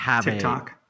TikTok